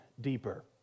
deeper